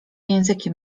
językiem